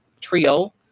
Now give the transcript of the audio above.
trio